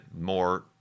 more